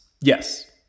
Yes